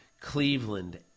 Cleveland